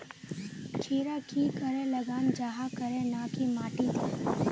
खीरा की करे लगाम जाहाँ करे ना की माटी त?